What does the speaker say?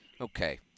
Okay